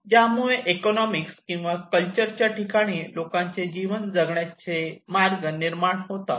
ज्यामुळे इकॉनॉमिक्स किंवा कल्चरच्या ठिकाणी लोकांचे जीवन जगण्याचे मार्ग निर्माण होतात